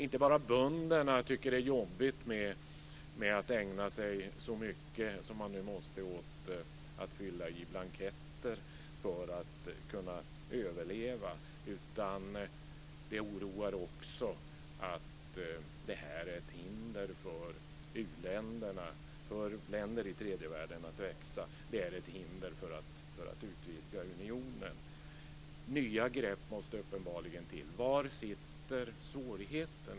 Inte bara bönderna tycker att det är jobbigt att ägna sig så mycket som man nu måste åt att fylla i blanketter för att kunna överleva, utan det oroar också att det här är ett hinder för u-länderna, för länder i tredje världen, att växa. Det är ett hinder för att utvidga unionen. Nya grepp måste uppenbarligen till. Var finns svårigheterna i dag?